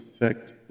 affect